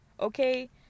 okay